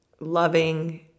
Loving